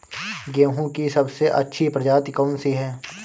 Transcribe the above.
गेहूँ की सबसे अच्छी प्रजाति कौन सी है?